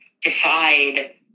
decide